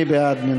מי בעד?